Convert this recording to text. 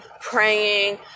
praying